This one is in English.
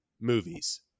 movies